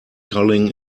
culling